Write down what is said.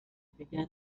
began